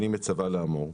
אני מצווה לאמור: